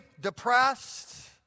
depressed